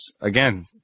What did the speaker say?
again